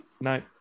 No